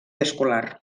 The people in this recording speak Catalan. escolar